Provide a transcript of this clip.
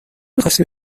میخواستی